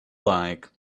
like